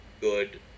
Good